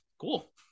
cool